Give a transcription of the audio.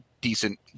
decent